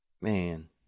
man